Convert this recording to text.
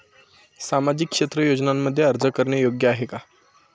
सामाजिक क्षेत्र योजनांमध्ये अर्ज करणे योग्य आहे का?